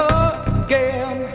again